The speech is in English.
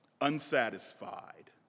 Unsatisfied